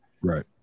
Right